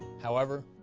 however,